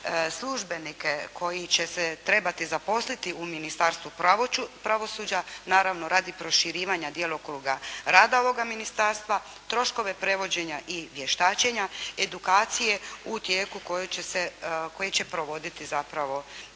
službenike koji će se trebati zaposliti u Ministarstvu pravosuđa naravno radi proširivanja djelokruga rada ovoga ministarstva. Troškove prevođenja i vještačenja, edukacije u tijeku koje će provoditi zapravo zakon.